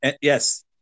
Yes